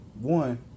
One